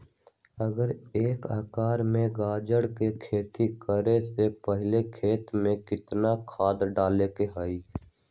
अगर एक एकर में गाजर के खेती करे से पहले खेत में केतना खाद्य डाले के होई?